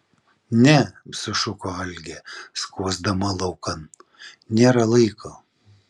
ne sušuko algė skuosdama laukan nėra laiko